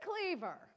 Cleaver